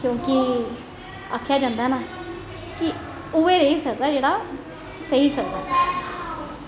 क्योंकि आक्खेआ जंदा ऐ ना कि रेही सकदा जेह्ड़ा सेही सकदा आ